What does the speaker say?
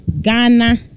Ghana